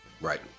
Right